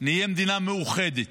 נהיה מדינה מאוחדת,